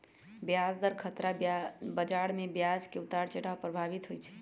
ब्याज दर खतरा बजार में ब्याज के उतार चढ़ाव प्रभावित होइ छइ